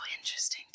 interesting